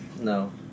No